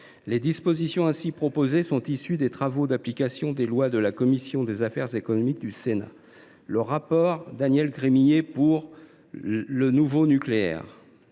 Les dispositions ainsi proposées sont issues des travaux d’application des lois de la commission des affaires économiques du Sénat, en particulier du rapport de Daniel Gremillet sur la loi Nouveau Nucléaire